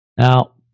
Now